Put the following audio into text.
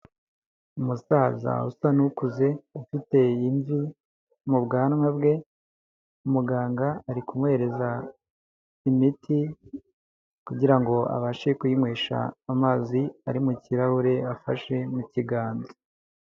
Umusaza usa n'ukuze ufite imvi mu bwanwa bwe, muganga ari kunywereza imiti kugirango abashe kuyinywesha amazi ari mu kirahure afashe mukiganza.